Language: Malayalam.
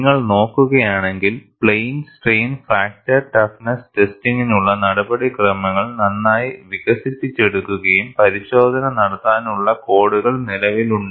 നിങ്ങൾ നോക്കുകയാണെങ്കിൽ പ്ലെയിൻ സ്ട്രെയിൻ ഫ്രാക്ചർ ടഫ്നെസ് ടെസ്റ്റിംഗിനുള്ള നടപടിക്രമങ്ങൾ നന്നായി വികസിപ്പിച്ചെടുക്കുകയും പരിശോധന നടത്താനുള്ള കോഡുകളും നിലവിലുണ്ട്